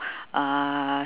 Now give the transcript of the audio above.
uh